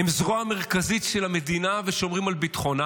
הם זרוע מרכזית של המדינה ושומרים על ביטחונה.